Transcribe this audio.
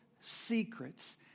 secrets